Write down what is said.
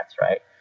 right